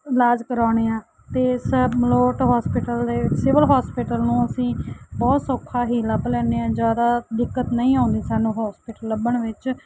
ਇਲਾਜ ਕਰਵਾਉਂਦੇ ਹਾਂ ਅਤੇ ਸਭ ਮਲੋਟ ਹੋਸਪਿਟਲ ਦੇ ਸਿਵਲ ਹੋਸਪਿਟਲ ਨੂੰ ਅਸੀਂ ਬਹੁਤ ਸੌਖਾ ਹੀ ਲੱਭ ਲੈਂਦੇ ਹਾਂ ਜ਼ਿਆਦਾ ਦਿੱਕਤ ਨਹੀਂ ਆਉਂਦੀ ਸਾਨੂੰ ਹੋਸਪਿਟਲ ਲੱਭਣ ਵਿੱਚ